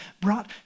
brought